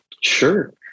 Sure